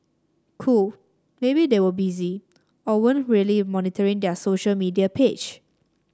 cool maybe they were busy or weren't really monitoring their social media page